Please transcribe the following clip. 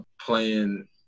playing